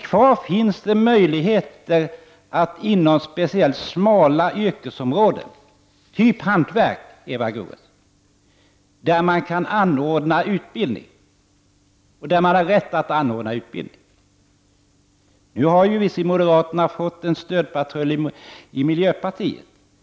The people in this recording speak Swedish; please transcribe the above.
Kvar finns det möjligheter att inom speciellt smala yrkesområden, t.ex. hantverk, där det går och känns rätt att ordna utbildning. Nu har moderaterna fått en stödpatrull i miljöpartiet.